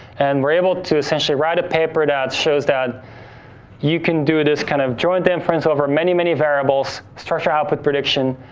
and we're able to essentially write a paper that shows that you can do this kind of joint inference over many many variables, structured output prediction,